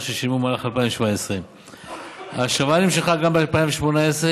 ששילמו במהלך 2017. ההשבה נמשכה גם ב-2018,